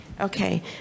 Okay